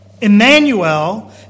Emmanuel